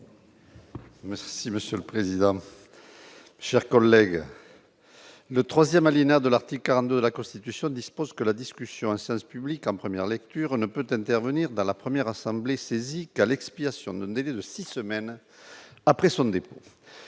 Merci monsieur le président, chers collègues, le 3ème alinéa de l'article 40 de la Constitution dispose que la discussion : un service public en première lecture ne peut intervenir dans la première assemblée saisie qu'à l'expiration de mener de 6 semaines après son départ